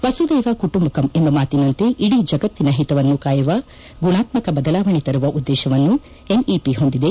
ವಸುದೈವ ಕುಟುಂಬಕಂ ಎಂಬ ಮಾತಿನಂತೆ ಇಡೀ ಜಗತ್ತಿನ ಓತವನ್ನು ಕಾಯುವ ಗುಣಾತ್ಮಕ ಬದಲಾವಣೆ ತರುವ ಉದ್ದೇಶವನ್ನು ಎನ್ಇಪಿ ಹೊಂದಿದೆ